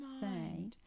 say